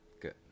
Good